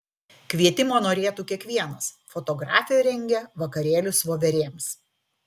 kvietimo norėtų kiekvienas fotografė rengia vakarėlius voverėms